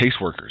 caseworkers